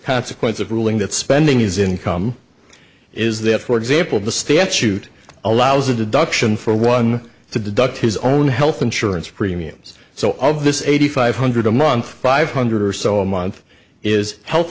consequence of ruling that spending is income is that for example the statute allows a deduction for one to deduct his own health insurance premiums so all of this is eighty five hundred a month five hundred or so a month is health